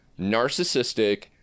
narcissistic